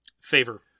Favor